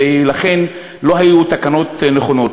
ולכן לא היו תקנות נכונות.